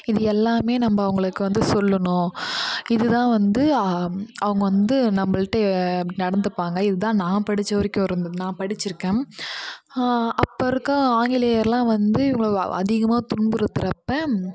இது எல்லாமே நம்ம அவங்களுக்கு வந்து சொல்லணும் இதுதான் வந்து அவங்க வந்து நம்மள்ட்ட நடந்துப்பாங்க இதுதான் நான் படித்த வரைக்கும் இருந்தது நான் படிச்சிருக்கேன் அப்போ இருக்க ஆங்கிலேயர்லாம் வந்து இவ்வளோ அதிகமாக துன்புறுத்துறப்போ